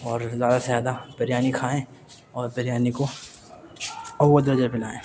اور زیادہ سے زیادہ بریانی کھائیں اور بریانی کو اول درجے پہ لائیں